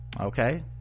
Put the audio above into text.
okay